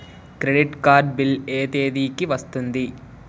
Credit card bill ఎ తేదీ కి వస్తుంది?